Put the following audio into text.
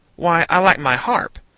why, i lack my harp,